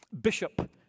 Bishop